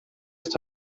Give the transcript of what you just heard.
ist